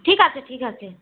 ঠিক আছে ঠিক আছে